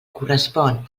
correspon